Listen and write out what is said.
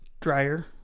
dryer